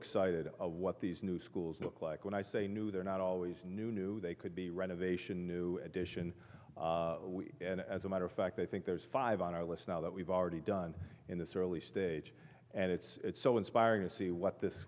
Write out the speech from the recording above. excited what these new schools look like when i say new they're not always new new they could be renovation new addition and as a matter of fact i think there's five on our list now that we've already done in this early stage and it's so inspiring to see what this